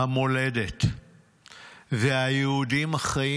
המולדת והיהודים החיים